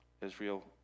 Israel